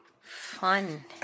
Fun